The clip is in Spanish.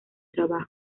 trabajo